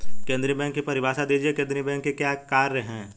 केंद्रीय बैंक की परिभाषा दीजिए केंद्रीय बैंक के क्या कार्य हैं?